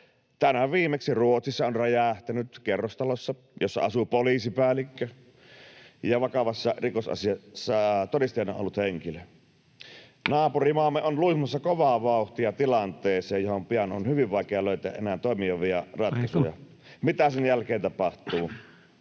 Tänään viimeksi Ruotsissa on räjähtänyt kerrostalossa, jossa asuvat poliisipäällikkö ja vakavassa rikosasiassa todistajana ollut henkilö. Naapurimaamme on luisumassa kovaa vauhtia tilanteeseen, johon pian on hyvin vaikea enää löytää toimivia ratkaisuja. [Puhemies: Aika!] Mitä sen jälkeen tapahtuu?